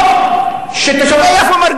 אנחנו שואלים איפה המשטרה.